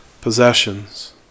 Possessions